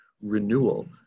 renewal